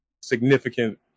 significant